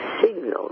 signals